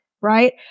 right